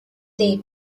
they